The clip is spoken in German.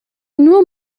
nur